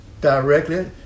directly